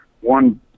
one